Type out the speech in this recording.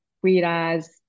whereas